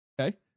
Okay